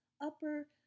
upper